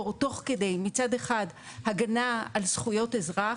תוך כדי מצד אחד הגנה על זכויות אזרח,